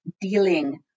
dealing